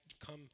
come